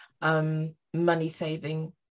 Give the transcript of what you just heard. money-saving